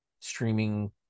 streaming